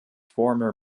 former